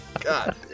God